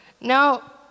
Now